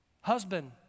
husband